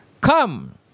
Come